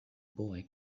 boy